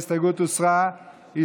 ההסתייגות הוסרה.